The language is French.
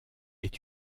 est